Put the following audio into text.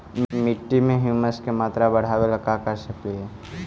मिट्टी में ह्यूमस के मात्रा बढ़ावे ला का कर सकली हे?